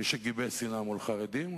מי שגיבש שנאה מול חרדים,